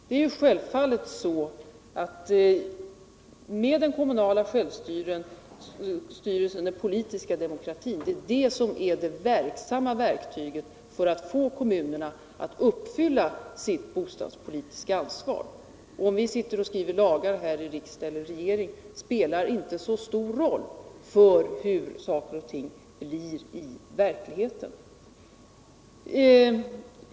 Det är självfallet så att det är den kommunala självstyrelsen, den politiska demokratin som är det verksamma instrumentet för att få kommunerna att motsvara sitt bostadspolitiska ansvar. Om vi här i riksdag och regering sitter och skriver lagar spelar inte så stor roll för hur saker och ting blir i verkligheten.